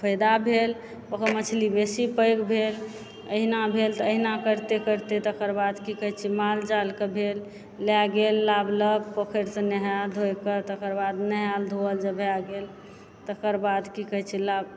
फायदा भेल ओकर मछली बेसी पैघ भेल अहिना भेल तऽ अहिना करिते करिते तकर बाद की कहै छै मालजालके भेल लए गेल लाबलक पोखरिसँ नहाए धोइ कऽ तकर बाद नहाएल धोअल जब भए गेल तकर बाद की कहै छै लाब